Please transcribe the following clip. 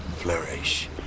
flourish